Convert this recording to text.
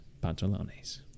Pantalones